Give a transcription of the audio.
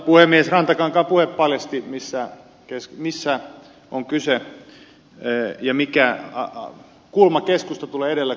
rantakankaan puhe paljasti mistä on kyse ja mikä kulma edellä keskusta tulee kun puhutaan koulutuksesta